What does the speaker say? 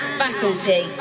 faculty